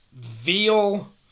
veal